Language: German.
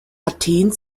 athen